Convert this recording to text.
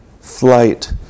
flight